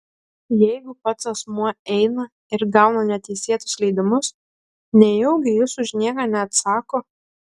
jeigu pats asmuo eina ir gauna neteisėtus leidimus nejaugi jis už nieką neatsako